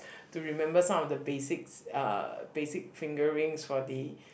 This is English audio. to remember some of the basics uh basic fingerings for the